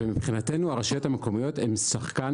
ומבחינתנו הרשויות המקומיות הן שחקן